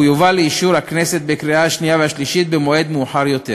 והוא יובא לאישור הכנסת בקריאה השנייה והשלישית במועד מאוחר יותר.